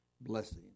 Blessing